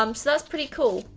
um so that's pretty cool,